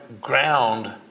ground